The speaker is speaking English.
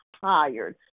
tired